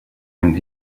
and